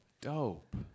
Dope